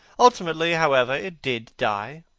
ultimately, however, it did die.